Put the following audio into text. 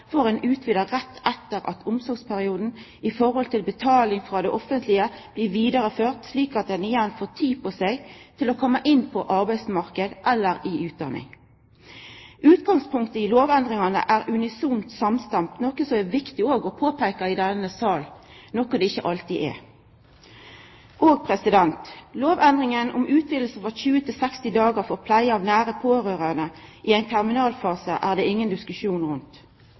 får ein utvida periode etter omsorgsperioden med rett til betaling frå det offentlege, slik at ein får tid på seg til å koma inn på arbeidsmarknaden eller i utdanning. Utgangspunktet i lovendringane er ein unisont samstemde om, noko det er viktig å påpeika i denne salen, sidan ein ikkje alltid er det. Lovendringa om utviding av rett til permisjon, frå 20 til 60 dagar, for pleie av nære pårørande i ein terminalfase er det ingen diskusjon rundt.